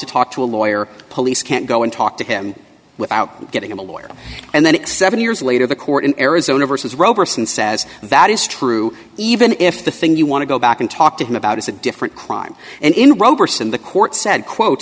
to talk to a lawyer police can't go and talk to him without getting a lawyer and then seven years later the court in arizona versus roberson says that is true even if the thing you want to go back and talk to him about is a different crime and in roberson the court said quote